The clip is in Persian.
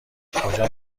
کجا